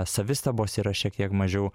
savistabos yra šiek tiek mažiau